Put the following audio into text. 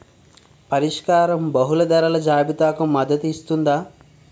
పరిష్కారం బహుళ ధరల జాబితాలకు మద్దతు ఇస్తుందా?